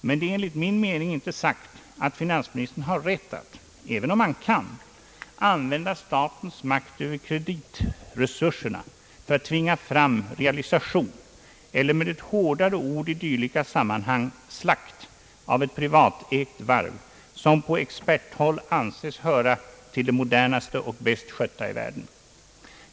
Men det är enligt min mening inte sagt att finansministern har rätt att — även om han kan — använda statens makt över kreditresurserna för att tvinga fram realisation, eller med ett hårdare ord i dylika sammanhang, slakt av ett privatägt varv, som på experthåll anses höra till de modernaste och bäst skötta i världen.